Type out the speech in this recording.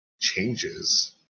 changes